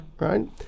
Right